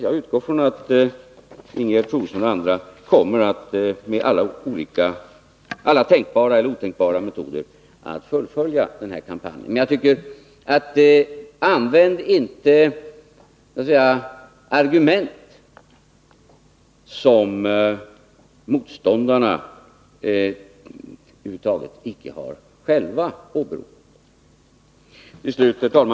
Jag utgår från att Ingegerd Troedsson och andra med alla tänkbara eller otänkbara metoder kommer att fullfölja den påbörjade kampanjen. Men använd då inte sådana argument som motståndarna själva över huvud taget icke har åberopat! Till slut, herr talman!